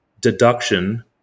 deduction